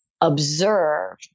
observe